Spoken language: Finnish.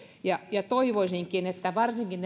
ja ja toivoisinkin että varsinkin